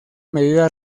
medida